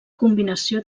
combinació